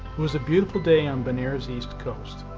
was a beautiful day on bonaire's east coast.